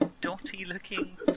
dotty-looking